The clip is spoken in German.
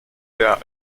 der